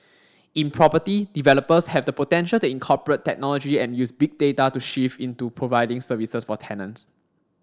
in property developers have the potential to incorporate technology and use Big Data to shift into providing services for tenants